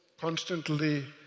constantly